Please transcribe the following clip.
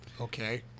Okay